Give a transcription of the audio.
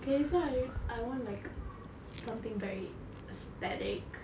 okay so I I want like something very aesthetic